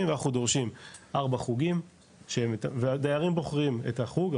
ואנחנו דורשים ארבעה חוגים והדיירים בוחרים את החוג,